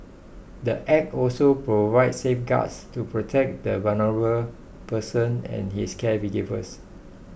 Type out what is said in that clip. the Act also provides safeguards to protect the vulnerable person and his caregivers